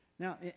Now